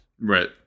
Right